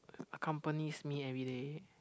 accompanies me everyday